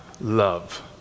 love